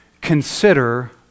consider